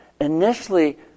initially